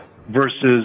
versus